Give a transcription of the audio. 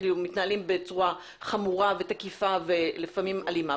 מתנהלים בצורה חמורה ותקיפה ולפעמים אלימה,